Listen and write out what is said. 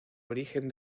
origen